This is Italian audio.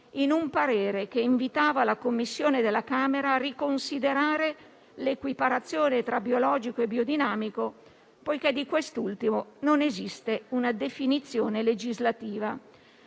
in un parere che invitava la Commissione della Camera a riconsiderare l'equiparazione tra biologico e biodinamico poiché di quest'ultimo non esiste una definizione legislativa.